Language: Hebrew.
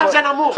אבל זה נמוך.